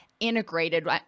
integrated